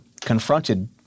confronted